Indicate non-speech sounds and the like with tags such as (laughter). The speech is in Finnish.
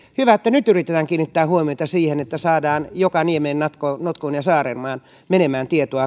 hyvä että nyt yritetään kiinnittää huomiota siihen että saadaan joka niemeen notkoon notkoon ja saarelmaan menemään tietoa (unintelligible)